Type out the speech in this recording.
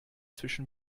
zwischen